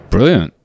Brilliant